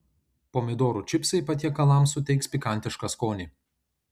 pomidorų čipsai patiekalams suteiks pikantišką skonį